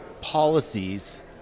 policies